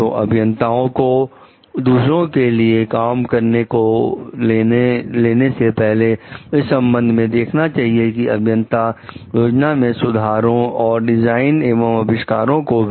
तो अभियंताओं को दूसरों के लिए काम को लेने से पहले इस संबंध में देखना चाहिए कि अभियंता योजना को सुधारें और डिजाइन एवं अविष्कार को भी